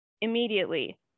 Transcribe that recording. immediately